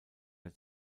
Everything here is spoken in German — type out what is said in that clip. der